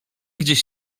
gdzieś